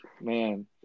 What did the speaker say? man